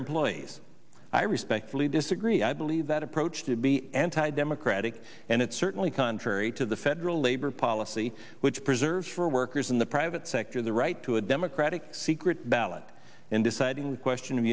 employees i respectfully disagree i believe that approach to be anti democratic and it's certainly contrary to the federal labor policy which preserves for workers in the private sector the right to a democratic secret ballot in deciding the question of